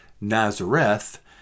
Nazareth